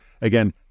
Again